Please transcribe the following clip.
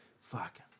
Fuck